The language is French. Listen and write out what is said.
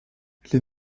les